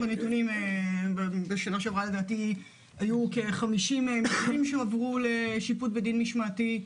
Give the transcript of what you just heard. בשנה שעברה היו כ-50 מקרים שהועברו לשיפוט בדין משמעתי.